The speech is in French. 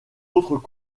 autres